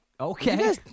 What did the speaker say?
Okay